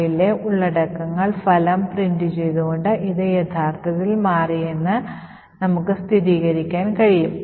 ഫയലിലെ ഉള്ളടക്കങ്ങൾ ഫലം പ്രിൻറ് ചെയ്തു കൊണ്ട് ഇത് യഥാർത്ഥത്തിൽ മാറിയെന്ന് നമുക്ക് സ്ഥിരീകരിക്കാൻ കഴിയും